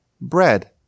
bread